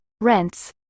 rents